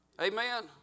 Amen